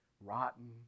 rotten